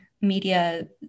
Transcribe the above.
media